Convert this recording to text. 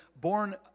born